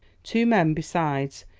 two men, besides,